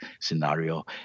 scenario